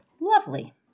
Lovely